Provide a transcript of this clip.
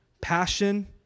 passion